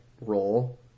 role